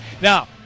Now